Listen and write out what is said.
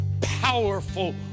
powerful